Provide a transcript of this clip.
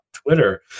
Twitter